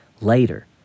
Later